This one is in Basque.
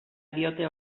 diote